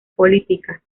políticas